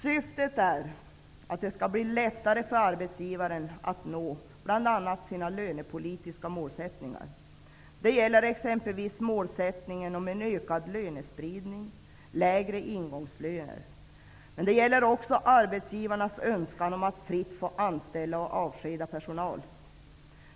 Syftet är att det skall bli lättare för arbetsgivarna att bl.a. nå sina lönepolitiska målsättningar. Det gäller exempelvis målsättningar om ökad lönespridning och lägre ingångslöner. Det gäller också arbetsgivarnas önskan att fritt få anställa och avskeda personal.